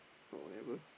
but whatever